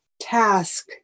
task